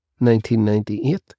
1998